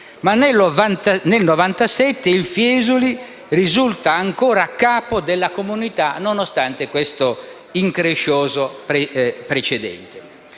Nel 1997 il Fiesoli risulta, però, ancora capo della comunità nonostante questo increscioso precedente.